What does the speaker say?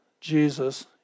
Jesus